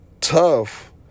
tough